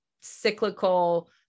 cyclical